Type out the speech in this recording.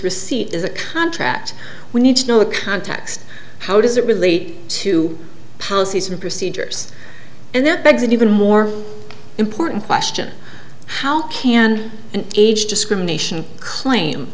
receipt is a contract we need to know the context how does it relate to policies and procedures and that begs an even more important question how can an age discrimination claim